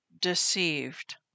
deceived